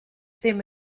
ddim